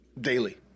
Daily